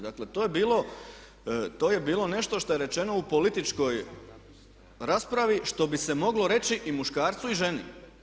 Dakle to je bilo nešto što je rečeno u političkoj raspravi što bi se moglo reći i muškarcu i ženi.